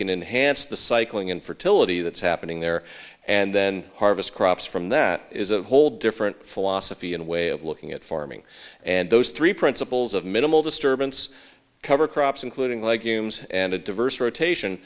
can enhance the cycling and fertility that's happening there and then harvest crops from that is a whole different philosophy and way of looking at farming and those three principles of minimal disturbance cover crops including legumes and a diverse rotation